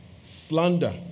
slander